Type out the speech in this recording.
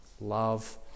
love